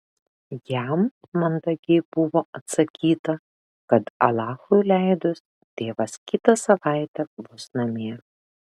jam mandagiai buvo atsakyta kad alachui leidus tėvas kitą savaitę bus namie